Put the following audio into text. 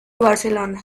barcelona